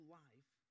life